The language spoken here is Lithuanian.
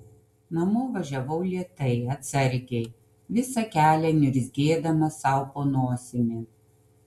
namo važiavau lėtai atsargiai visą kelią niurzgėdama sau po nosimi